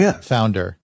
founder